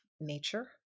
nature